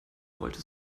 rollte